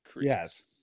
yes